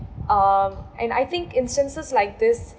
um and I think instances like this